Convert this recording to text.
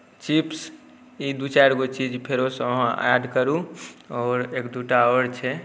chips ई दू चारिगो चीज फेरोसँ अहाँ ऐड करू आओर एक दूटा आओर छै